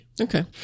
Okay